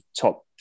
top